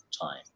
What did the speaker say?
time